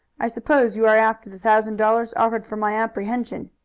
i suppose you are after the thousand dollars offered for my apprehension.